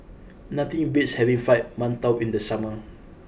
nothing beats having Fried Mantou in the summer